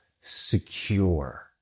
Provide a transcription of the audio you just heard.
secure